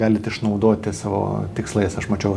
galit išnaudoti savo tikslais aš mačiau